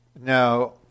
now